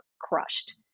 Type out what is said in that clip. crushed